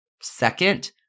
Second